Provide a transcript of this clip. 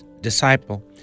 disciple